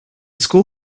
school